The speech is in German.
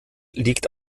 liegt